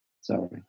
Sorry